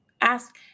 Ask